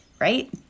Right